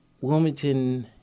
Wilmington